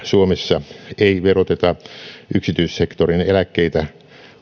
suomessa ei veroteta yksityissektorin eläkkeitä